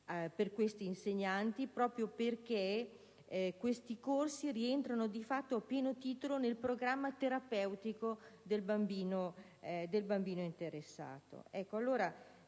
per questi insegnanti, proprio perché questi corsi rientrano di fatto a pieno titolo nel programma terapeutico del bambino interessato.